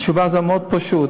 התשובה הזאת מאוד פשוטה.